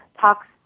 talks